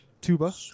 Tuba